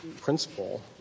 principle